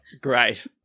Great